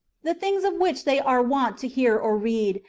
the things of which they are wont to hear or read,